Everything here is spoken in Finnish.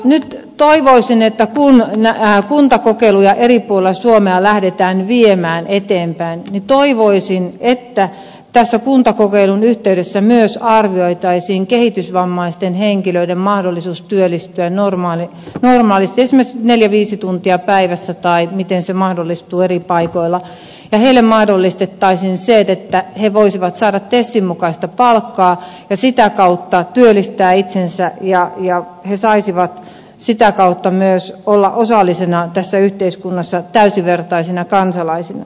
nyt kun kuntakokeiluja eri puolilla suomea lähdetään viemään eteenpäin toivoisin että tässä yhteydessä myös arvioitaisiin kehitysvammaisten henkilöiden mahdollisuus työllistyä normaalisti esimerkiksi neljä viisi tuntia päivässä tai miten se mahdollistuu eri paikoilla ja heille mahdollistettaisiin se että he voisivat saada tesin mukaista palkkaa ja sitä kautta työllistää itsensä ja he saisivat sitä kautta myös olla osallisena tässä yhteiskunnassa täysivertaisina kansalaisina